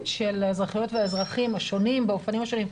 של האזרחיות והאזרחים השונים באופנים השונים,